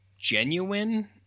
genuine